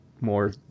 More